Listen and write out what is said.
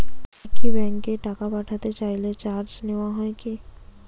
একই ব্যাংকে টাকা পাঠাতে চাইলে চার্জ নেওয়া হয় কি?